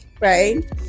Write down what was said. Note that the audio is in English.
right